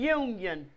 union